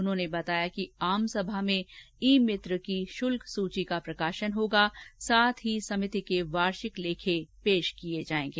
उन्होंने बताया कि आमसभा में ई मित्र की शुल्क सूची का प्रकाशन होगा साथ ही समिति के वार्षिक लेखे प्रस्तुत किए जाएंगे